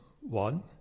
one